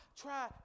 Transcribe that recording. try